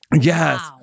Yes